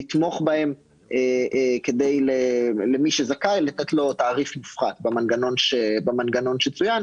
לתמוך בהן ולמי שזכאי לתת תעריף מופחת במנגנון שצוין.